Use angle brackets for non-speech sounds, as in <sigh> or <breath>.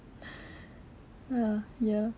<breath> ya ya